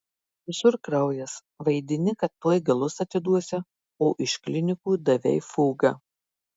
visur kraujas vaidini kad tuoj galus atiduosi o iš klinikų davei fugą